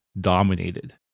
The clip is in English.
dominated